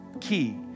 key